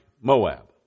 Moab